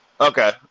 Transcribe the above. Okay